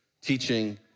teaching